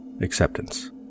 Acceptance